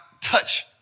touch